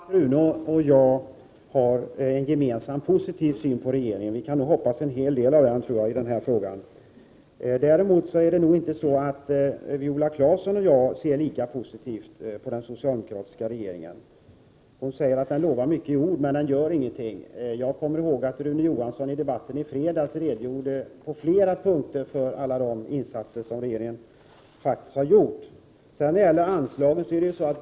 Herr talman! Det är bra att Rune Thorén och jag har en gemensam positiv syn på regeringen. Jag tror nog att vi kan hoppas en hel del på regeringen i den här frågan. Däremot är inte Viola Claesson lika positiv till den socialdemokratiska regeringen. Hon säger att den lovar mycket i ord, men inte gör någonting. I debatten i fredags redogjorde Rune Johansson på flera punkter för alla de insatser som regeringen faktiskt har gjort.